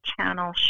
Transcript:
channel